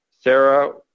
Sarah